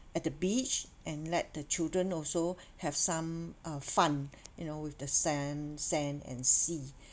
at the beach and let the children also have some uh fun you know with the sand sand and sea